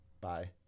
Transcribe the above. Bye